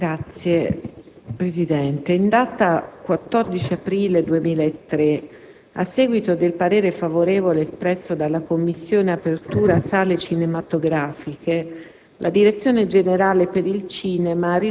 per l'interno*. In data 14 aprile 2003, a seguito del parere favorevole espresso dalla Commissione apertura Sale cinematografìche,